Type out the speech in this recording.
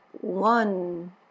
one